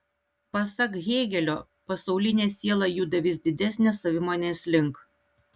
pasak hėgelio pasaulinė siela juda vis didesnės savimonės link